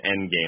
Endgame